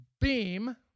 beam